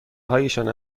هایشان